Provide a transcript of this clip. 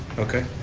okay,